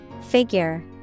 Figure